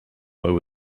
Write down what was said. over